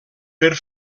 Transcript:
per